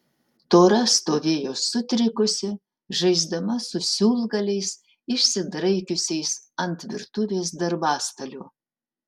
tora stovėjo sutrikusi žaisdama su siūlgaliais išsidraikiusiais ant virtuvės darbastalio